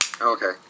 Okay